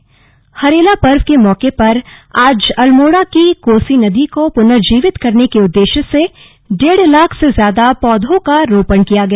पौधरोपण हरेला पर्व के मौके पर आज अल्मोड़ा की कोसी नदी को पुनर्जीवित करने के उद्देश्य से डेढ़ लाख से ज्यादा पौधों का रोपण किया गया